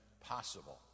possible